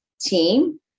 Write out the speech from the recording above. team